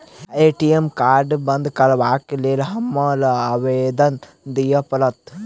ATM card बंद करैक लेल हमरा आवेदन दिय पड़त?